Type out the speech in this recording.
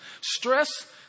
Stress